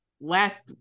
last